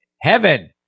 Heaven